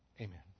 Amen